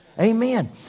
Amen